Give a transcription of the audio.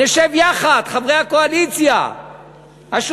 נשב יחד, חברי הקואליציה השותפים.